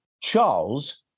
Charles